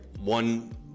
one